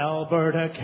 Alberta